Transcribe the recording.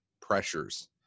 pressures